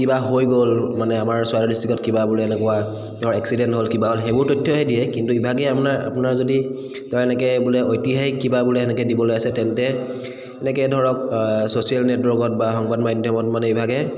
কিবা হৈ গ'ল মানে আমাৰ চৰাইদেউ ডিষ্ট্ৰিকত কিবা বোলে এনেকুৱা ধৰক এক্সিডেণ্ হ'ল কিবা হ'ল সেইবোৰ তথ্যহে দিয়ে কিন্তু ইভাগে আপোনাৰ আপোনাৰ যদি ধৰক এনেকৈ বোলে ঐতিহাসিক কিবা বোলে এনেকৈ দিবলৈ আছে তেন্তে এনেকৈ ধৰক ছ'চিয়েল নেটৱৰ্কত বা সংবাদ মাধ্যমত মানে ইভাগে